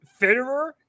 Fitterer